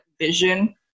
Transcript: vision